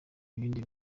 ibindi